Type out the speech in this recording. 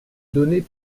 donnée